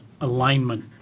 alignment